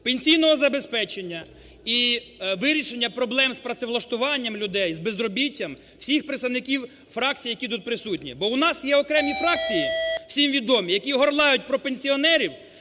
пенсійного забезпечення, і вирішення проблем з працевлаштуванням людей, з безробіттям всіх представників фракцій, які тут присутні. Бо у нас є окремі фракції, всім відомі, які горлають про пенсіонерів,